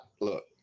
look